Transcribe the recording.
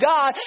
God